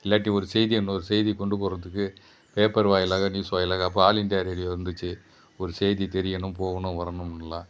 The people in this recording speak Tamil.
இல்லாட்டி ஒரு செய்தியை இன்னொரு செய்தியை கொண்டுப் போகிறத்துக்கு பேப்பர் வாயிலாக நியூஸ் வாயிலாக அப்போ ஆல் இந்தியா ரேடியோ இருந்துச்சு ஒரு செய்தி தெரியணும் போகணும் வரணும்லாம்